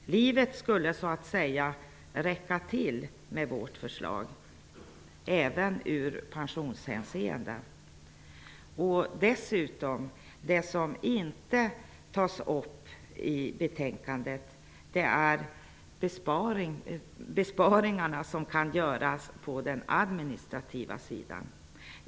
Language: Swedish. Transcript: Livet skulle med vårt förslag ''räcka till'' även i pensionshänseende. Dessutom, vilket inte tas upp i betänkandet, skulle besparingar kunna göras på den administrativa sidan.